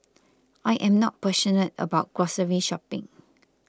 I am not passionate about grocery shopping